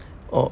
oh